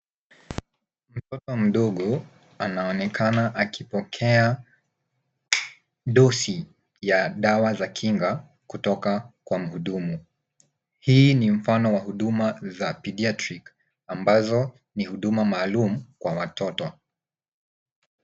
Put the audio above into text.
Mtoto mdogo anaonekana akipokea dose ya dawa za kinga kutoka kwa mhudumu. Hii ni mfano wa huduma za pediatric ambazo ni huduma maalum kwa watoto.